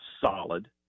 solid